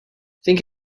think